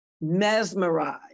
mesmerized